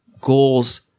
Goals